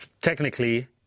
technically